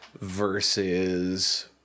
versus